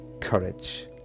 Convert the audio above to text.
courage